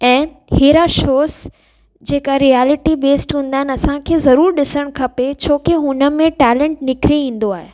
ऐं अहिड़ा शोज़ जेका रिआलिटी बेस्ड हुंदा आहिनि असांखे ज़रूर ॾिसणु खपे छो की हुनमें टैलेन्ट निखिरी ईंदो आहे